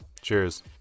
Cheers